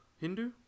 Hindu